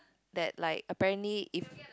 that like apparently if